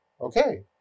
Okay